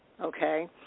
okay